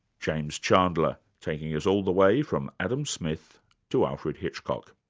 james chandler taking us all the way from adam smith to alfred hitchcock.